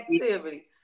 activity